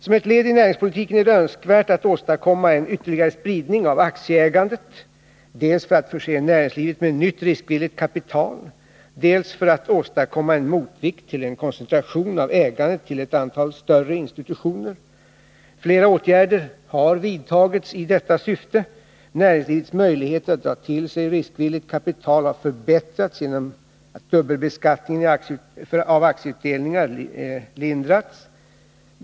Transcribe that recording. Som ett led i näringspolitiken är det önskvärt att åstadkomma en ytterligare spridning av aktieägandet, dels för att förse näringslivet med nytt riskvilligt kapital, dels för att åstadkomma en motvikt till en koncentration av ägandet till ett antal större institutioner. Flera åtgärder har vidtagits i detta syfte. Näringslivets möjligheter att dra till sig riskvilligt kapital har förbättrats genom att dubbelbeskattningen av aktieutdelningar lindrats.